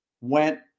went